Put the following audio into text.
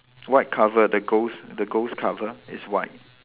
white cover the ghost the ghost cover is white